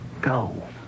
Go